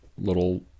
little